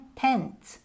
tents